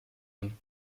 homme